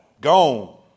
gone